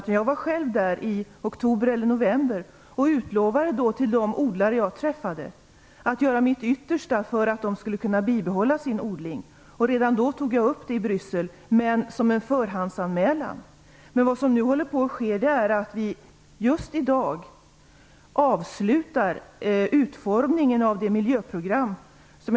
Jag utlovade själv i oktober eller november inför de odlare jag träffade att jag skulle göra mitt yttersta för att de skulle kunna bibehålla sin odling. Redan då tog jag upp frågan i Bryssel som en förhandsanmälan. Just i dag avslutar vi utformningen av miljöprogrammet.